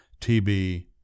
TB